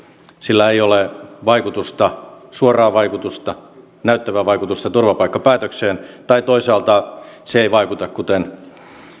sillä ei ole vaikutusta suoraa vaikutusta näyttävää vaikutusta turvapaikkapäätökseen tai toisaalta se ei vaikuta